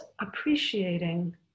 appreciating